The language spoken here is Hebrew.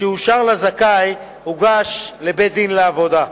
שאושר לזכאי הוגש לבית-דין לעבודה.